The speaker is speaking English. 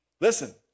Listen